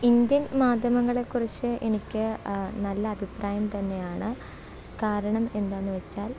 Indian മാധ്യമങ്ങളെക്കുറിച്ച് എനിക്ക് നല്ല അഭിപ്രായം തന്നെയാണ് കാരണം എന്താന്നുവെച്ചാൽ